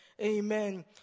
Amen